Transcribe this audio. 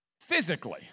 Physically